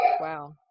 wow